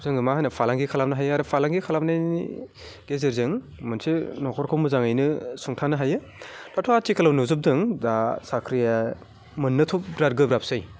जोङो मा होनो फालांगि खालामनो हायो आरो फालांगि खालामनायनि गेजेरजों मोनसे न'खरखौ मोजाङैनो सुंथानो हायो दाथ' आथिखालाव नुजोबदों साख्रिया मोननोथ' बिराद गोब्राबसै